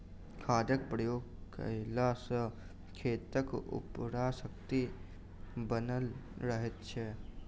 खादक प्रयोग कयला सॅ खेतक उर्वरा शक्ति बनल रहैत छै